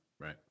right